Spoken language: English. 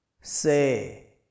say